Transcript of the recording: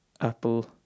apple